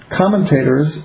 commentators